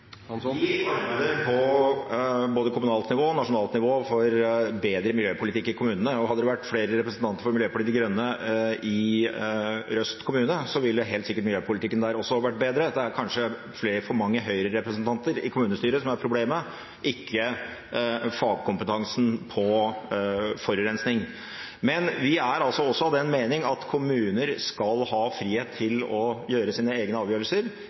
Vi arbeider på både kommunalt og nasjonalt nivå for bedre miljøpolitikk i kommunene. Hadde det vært flere representanter fra Miljøpartiet De Grønne i Røst kommune, ville miljøpolitikken der helt sikkert vært bedre. Problemet er kanskje for mange høyrerepresentanter i kommunestyret, ikke fagkompetansen på forurensning. Men vi er også av den mening at kommuner skal ha frihet til å ta sine egne avgjørelser